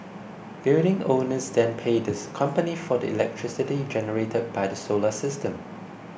building owners then pay this company for the electricity generated by the solar system